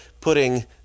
putting